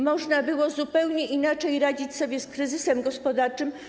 Można było zupełnie inaczej radzić sobie z kryzysem gospodarczym.